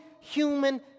human